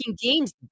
games